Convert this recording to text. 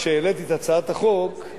כשהעליתי את הצעת החוק,